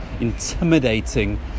intimidating